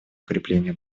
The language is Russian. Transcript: укрепление